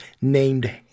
named